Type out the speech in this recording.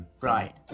Right